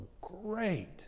great